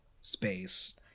space